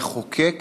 המחוקק,